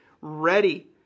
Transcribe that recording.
ready